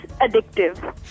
addictive